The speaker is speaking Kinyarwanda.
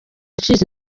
yacitse